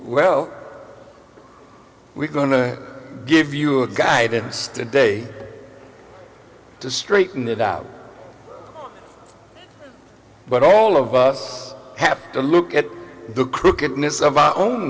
well we're going to give you a guidance today to straighten it out but all of us have to look at the crookedness of our own